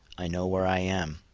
i know where i am,